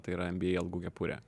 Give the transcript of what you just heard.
tai yra nba algų kepurė